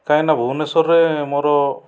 କାହିଁକି ନା ଭୁବନେଶ୍ଵରରେ ମୋର